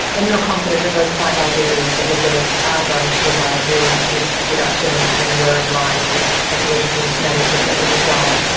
and you're confident that those quite large areas that were burnt are going to provide real risk reduction and and were in line with ecological management that was required?